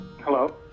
Hello